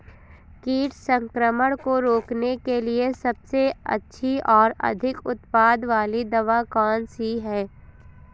कीट संक्रमण को रोकने के लिए सबसे अच्छी और अधिक उत्पाद वाली दवा कौन सी है?